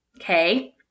okay